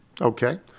Okay